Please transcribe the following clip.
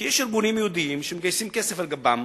כי יש ארגונים יהודיים שמגייסים כסף על גבם,